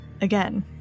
Again